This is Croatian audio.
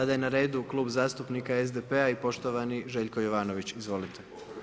Sada je na redu Klub zastupnika SDP-a i poštovani Željko Jovanović, izvolite.